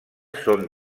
són